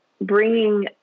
bringing